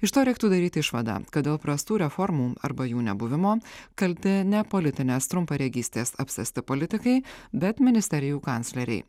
iš to reiktų daryti išvadą kad dėl prastų reformų arba jų nebuvimo kalti ne politinės trumparegystės apsėsti politikai bet ministerijų kancleriai